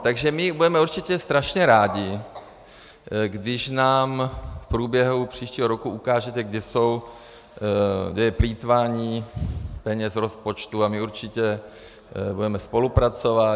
Takže my budeme určitě strašně rádi, když nám v průběhu příštího roku ukážete, kde je plýtvání peněz z rozpočtu, a my určitě budeme spolupracovat.